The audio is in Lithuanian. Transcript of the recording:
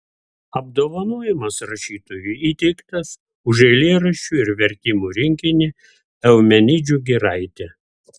apdovanojimas rašytojui įteiktas už eilėraščių ir vertimų rinkinį eumenidžių giraitė